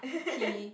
he